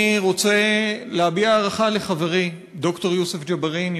אני רוצה להביע הערכה לחברי ד"ר יוסף ג'בארין,